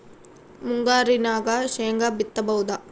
ಮುಂಗಾರಿನಾಗ ಶೇಂಗಾ ಬಿತ್ತಬಹುದಾ?